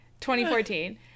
2014